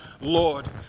Lord